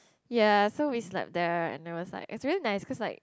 ya so we slept there and it was like it's really nice cause like